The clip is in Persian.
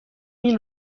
این